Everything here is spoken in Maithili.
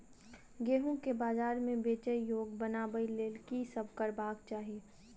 गेंहूँ केँ बजार मे बेचै योग्य बनाबय लेल की सब करबाक चाहि?